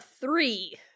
three